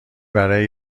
برای